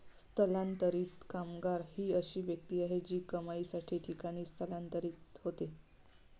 स्थलांतरित कामगार ही अशी व्यक्ती आहे जी कमाईसाठी ठिकाणी स्थलांतरित होते